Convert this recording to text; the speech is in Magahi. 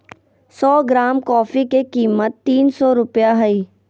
सो ग्राम कॉफी के कीमत तीन सो रुपया हइ